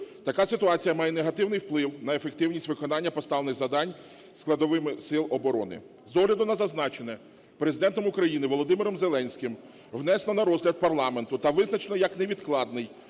Така ситуація має негативний вплив на ефективність виконання поставлених завдань складовими сил оборони. З огляду на зазначене, Президентом України Володимиром Зеленським внесено на розгляд парламенту та визначено як невідкладний